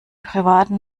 privaten